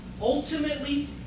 Ultimately